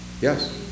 Yes